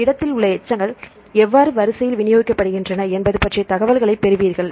ஒரு இடத்தில் உள்ள எச்சங்கள் எவ்வாறு வரிசையில் விநியோகிக்கப்படுகின்றன என்பது பற்றிய தகவல்களைப் பெறுவீர்கள்